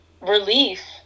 relief